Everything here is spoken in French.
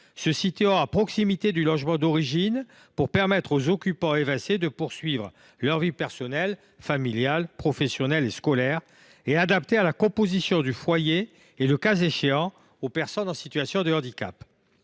se situant à proximité du logement d’origine pour permettre aux occupants évincés de poursuivre leur vie personnelle, familiale, professionnelle et scolaire, et adaptée à la composition du foyer et le cas échéant aux personnes en situation de handicap